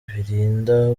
birinda